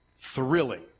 thrilling